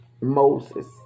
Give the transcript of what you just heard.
Moses